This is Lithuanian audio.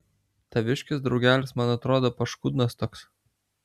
taviškis draugelis man atrodo paškudnas toks